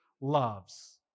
loves